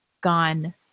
gone